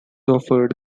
offered